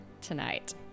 tonight